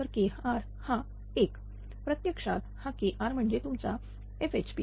तर Kr हा 1 प्रत्यक्षात हा Kr म्हणजे तुमचा FHP